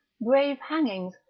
brave hangings,